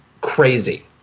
crazy